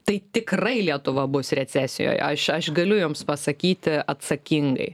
tai tikrai lietuva bus recesijoj aš aš galiu jums pasakyti atsakingai